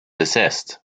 desist